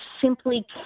simply